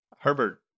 Herbert